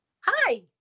Hi